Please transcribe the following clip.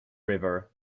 river